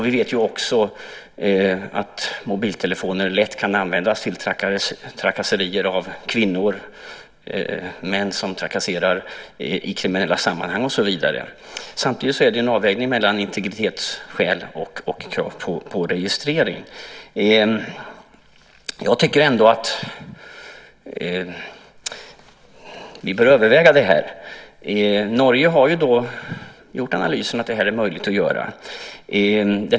Vi vet också att mobiltelefoner lätt kan användas till trakasserier av kvinnor, av män som trakasserar, i kriminella sammanhang och så vidare. Samtidigt är det en avvägning mellan integritetsskäl och krav på registrering. Jag tycker ändå att vi bör överväga det här. Norge har gjort analysen att det här är möjligt att göra.